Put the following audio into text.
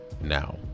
now